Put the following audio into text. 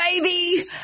baby